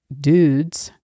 dudes